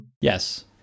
yes